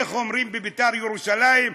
איך אומרים בבית"ר ירושלים?